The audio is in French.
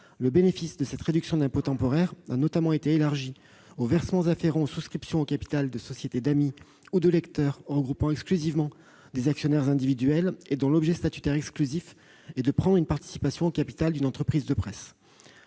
le bénéfice de cette réduction d'impôt temporaire a notamment été élargi aux versements afférents aux souscriptions au capital de sociétés d'amis ou de lecteurs regroupant exclusivement des actionnaires individuels et dont l'objet statutaire exclusif est de prendre une participation au capital d'une entreprise de presse.